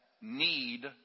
need